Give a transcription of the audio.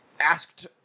asked